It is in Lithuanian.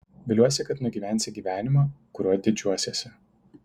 viliuosi kad nugyvensi gyvenimą kuriuo didžiuosiesi